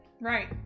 Right